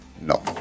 no